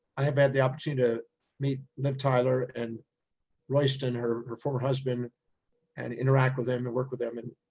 i have had the opportunity to meet liv tyler and royston her her former husband and interact with them and work with them. and,